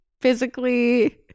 physically